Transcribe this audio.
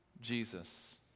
Jesus